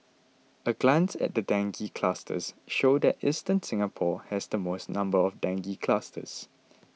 a glance at the dengue clusters show that eastern Singapore has the most number of dengue clusters